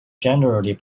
generally